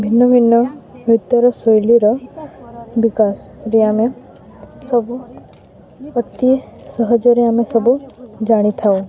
ଭିନ୍ନ ଭିନ୍ନ ନୃତ୍ୟର ଶୈଳୀର ବିକାଶରେ ଆମେ ସବୁ ଅତି ସହଜରେ ଆମେ ସବୁ ଜାଣିଥାଉ